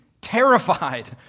terrified